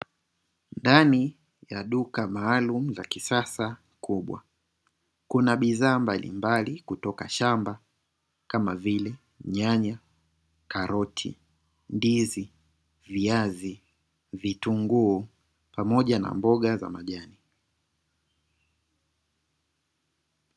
Ndani ya duka maalumu la kisasa kubwa kuna bidhaa mbalimbali kutoka shamba kamavile; nyanya, karoti, ndizi, viazi, vitunguu pamoja na mboga za majani.